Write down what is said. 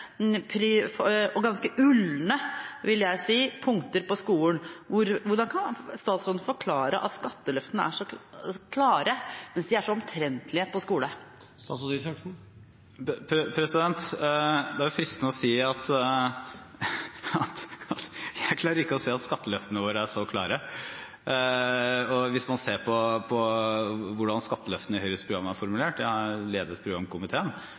ganske ulne punkter om skolen. Hvordan kan statsråden forklare at skatteløftene er så klare, mens de er så omtrentlige på skole? Det er fristende å si at jeg klarer ikke å se at skatteløftene våre er så klare. Hvis man ser på hvordan skatteløftene i Høyres program er formulert – jeg har ledet